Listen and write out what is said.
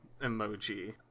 emoji